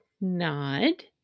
nod